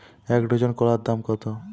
এক ডজন কলার দাম কত?